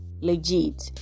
legit